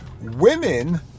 women